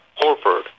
Horford